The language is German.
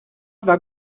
war